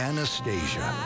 Anastasia